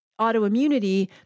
autoimmunity